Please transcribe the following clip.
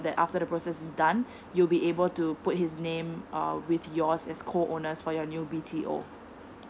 then after the process is done you'll be able to put his name uh with yours as co owners for your new B T O